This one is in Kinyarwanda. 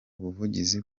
buvuzi